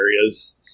areas